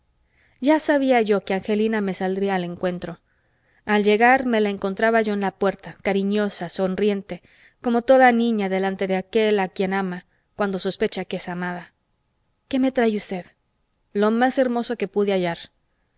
ya sabía yo que angelina me saldría al encuentro al llegar me la encontraba yo en la puerta cariñosa sonriente como toda niña delante de aquél a quien ama cuando sospecha que es amada qué me trae usted lo más hermoso que pude hallar